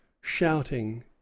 shouting